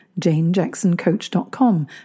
janejacksoncoach.com